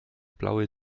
blaue